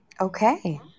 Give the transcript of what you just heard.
okay